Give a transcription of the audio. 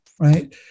right